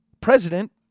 president